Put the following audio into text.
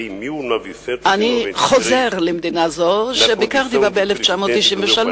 אני חוזר למדינה זו, שביקרתי בה ב-1993,